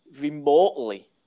remotely